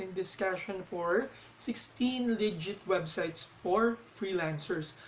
discussion for sixteen legit websites for freelancers.